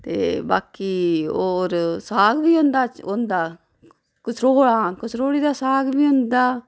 ते बाकी होर साग बी होंदा होंदा कसरोड़ आं कसरोड़ी दा साग बी होंदा